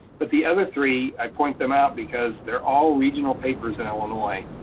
but the other three, i point them out because they're all regional papers in illinois.